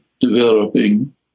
developing